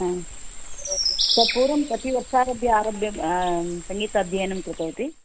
ह तत् पूर्वं कति वर्षादारभ्य आरभ्य सङ्गीताध्ययनं कृतवती